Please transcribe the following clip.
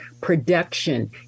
production